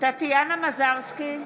טטיאנה מזרסקי,